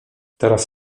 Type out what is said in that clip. teraz